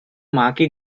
maki